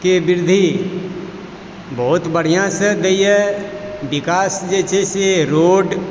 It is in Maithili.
के बृद्धि बहुत बढ़िया से दैए बिकास जे छै से रोड